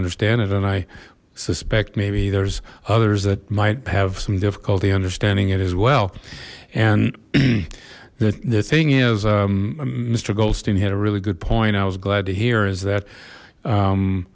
understand it and i suspect maybe there's others that might have some difficulty understanding it as well and the the thing is mister goldstein had a really good point i was glad to hear is that